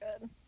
good